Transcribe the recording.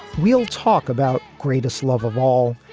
we'll talk about greatest love of all.